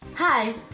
Hi